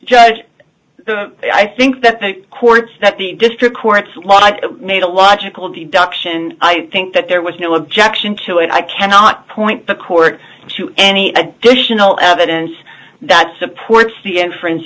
d i think that the courts that the district courts while i made a logical deduction i think that there was no objection to it i cannot point the court to any additional evidence that supports the inf